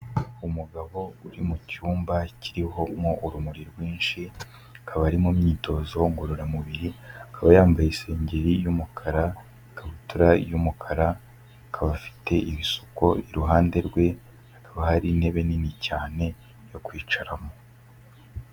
Umugabo uri mu cyumba kiriho mo urumuri rwinshi akaba ari mu myitozo ngororamubiri, akaba yambaye isengeri y'umukara ikabutura y'umukara akaba afite ibisuku iruhande rwe, hakaba hari intebe nini cyane yo kwicaramo.